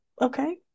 okay